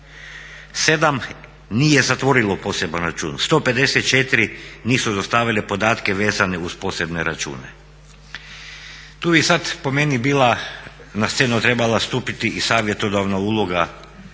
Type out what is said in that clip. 7 nije zatvorilo poseban račun, 154 nisu dostavili podatke vezane uz posebne račune. Tu bi sada po meni bila, na scenu trebala stupiti i savjetodavna uloga